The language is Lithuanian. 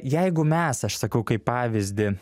jeigu mes aš sakau kaip pavyzdį